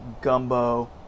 gumbo